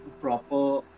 proper